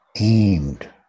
aimed